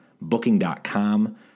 Booking.com